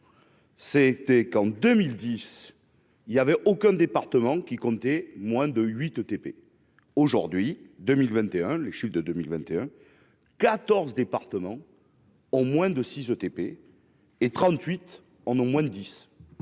C'était qu'en 2010 il y avait aucun département qui comptait moins de 8 TP aujourd'hui 2021, les chiffres de 2021 14 départements. Au moins de 6 ETP et 38 en au moins dix